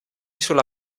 sulla